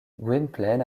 gwynplaine